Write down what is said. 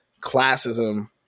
classism